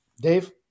Dave